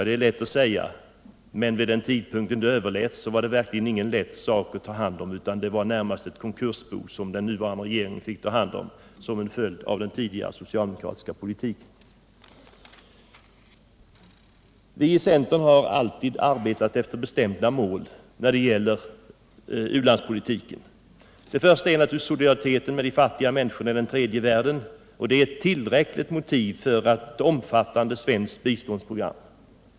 Det är lätt att säga, men det var verkligen ingen lätt sak att ta hand om Sveriges ekonomi när denna överläts — det var närmast ett konkursbo som den nuvarande regeringen fick ta över som en följd av den tidigare socialdemokratiska politiken. Vi i centern har alltid arbetat efter bestämda mål när det gäller ulandspolitiken. Det första är solidariteten med de fattiga människorna i den tredje världen. Det är ett tillräckligt motiv för ett omfattande svenskt biståndsprogram.